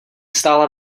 stála